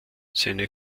seine